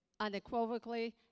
unequivocally